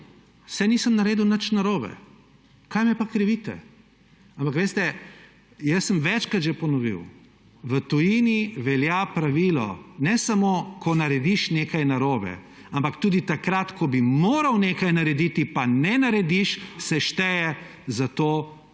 saj nisem naredil nič narobe, kaj me pa krivite. Ampak, veste, jaz sem večkrat že ponovil, v tujini velja pravilo, ne samo ko narediš nekaj narobe, ampak tudi takrat, ko bi moral nekaj narediti, pa ne narediš, se šteje za to, da